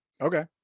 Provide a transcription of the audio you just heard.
okay